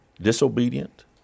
disobedient